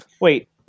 Wait